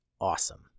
awesome